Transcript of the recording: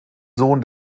sohn